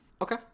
Okay